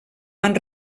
van